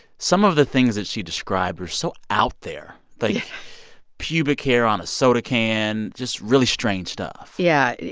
some of the things that she described are so out there, like pubic hair on a soda can. just really strange stuff yeah.